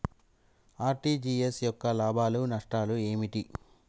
RTGS యొక్క లాభాలు నష్టాలు ఏమిటి?